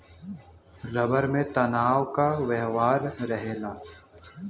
rubber में तनाव क व्यवहार रहेला